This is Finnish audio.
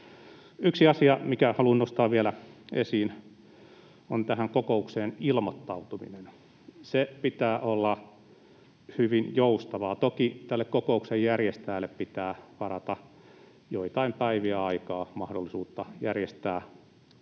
Yksi asia, minkä haluan nostaa vielä esiin, on tähän kokoukseen ilmoittautuminen. Sen pitää olla hyvin joustavaa. Toki tälle kokouksen järjestäjälle pitää varata joitain päiviä aikaa mahdollistaa tämän